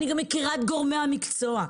אני גם מכירה את גורמי המקצוע,